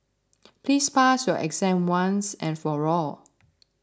please pass your exam once and for all